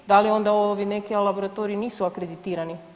Da li onda ovi neki laboratoriji nisu akreditirani?